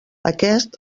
aquest